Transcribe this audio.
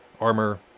armor